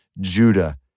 Judah